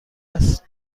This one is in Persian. است